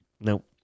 Nope